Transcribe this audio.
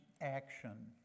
action